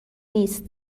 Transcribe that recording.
نیست